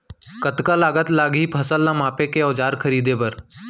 कतका लागत लागही फसल ला मापे के औज़ार खरीदे बर?